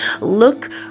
Look